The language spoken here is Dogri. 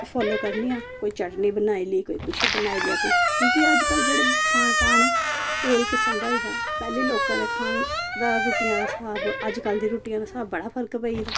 फालो करनी आं कोई चटनी बनाई ली कोई कुछ बनाई लेआ कोई कुछ की कि अज्ज कल्ल जेह्डे़ खानपान ऐ होर ही किस्म दा होई गेदा पैहले लोकां दा खान रूट्टियां दा स्हाब अज्ज कल्ल दी रूट्टियां दा स्हाब बड़ा फर्क पेई गेदा